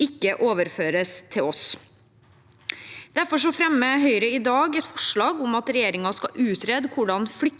ikke overføres til oss. Derfor fremmer Høyre i dag et forslag om at regjeringen skal utrede hvordan flyktninger